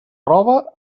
roba